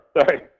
Sorry